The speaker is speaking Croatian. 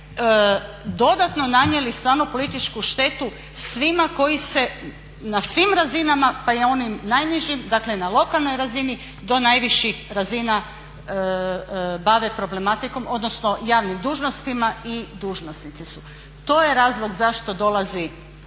dodatno nanijeli stvarno političku štetu svima koji se na svim razinama, pa i onim najnižim, dakle na lokalnoj razini, do najviših razina bave problematikom, odnosno javnim dužnostima i dužnosnici su. To je razlog zašto dolazi